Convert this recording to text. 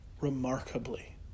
remarkably